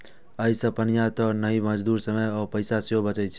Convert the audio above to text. अय से पानिये टा नहि, मजदूरी, समय आ पैसा सेहो बचै छै